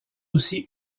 aussi